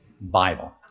Bible